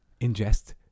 ingest